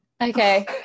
Okay